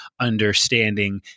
understanding